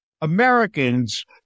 Americans